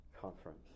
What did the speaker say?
conference